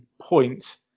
point